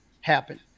happen